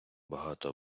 багато